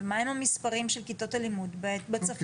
ומה הם המספרים של כיתות הלימוד בצפון,